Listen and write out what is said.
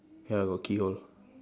ya got key hole